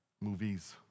Movies